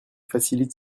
facilite